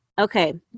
okay